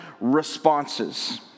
responses